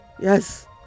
Yes